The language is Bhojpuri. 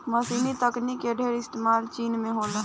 मशीनी तकनीक के ढेर इस्तेमाल चीन में होला